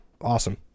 Awesome